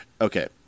Okay